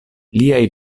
liaj